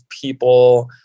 people